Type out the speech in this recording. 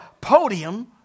podium